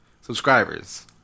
subscribers